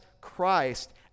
Christ